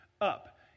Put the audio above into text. up